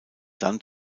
dann